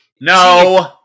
No